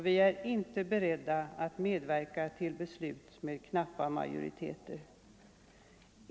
Vi är inte beredda att medverka till beslut med knappa majoriteter.